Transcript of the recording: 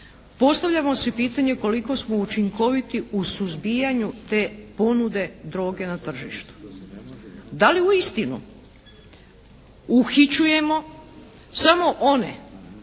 postavljamo si pitanje koliko smo učinkoviti u suzbijanju te ponude droge na tržištu? Da li uistinu uhićujemo samo one